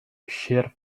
shear